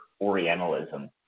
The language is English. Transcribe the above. Orientalism